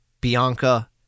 Bianca